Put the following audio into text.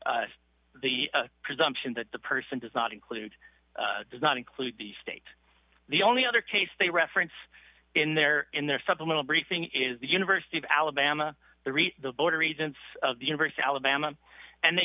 the presumption that the person does not include does not include the state the only other case they reference in their in their supplemental briefing is the university of alabama the read the border agents of the universe alabama and they